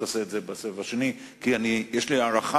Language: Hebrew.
תעשה את זה בסבב השני כי יש לי הערכה